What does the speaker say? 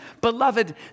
Beloved